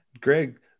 greg